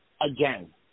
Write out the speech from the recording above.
again